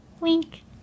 wink